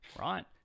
right